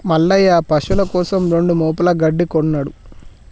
మల్లయ్య పశువుల కోసం రెండు మోపుల గడ్డి కొన్నడు